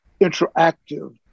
interactive